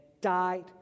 died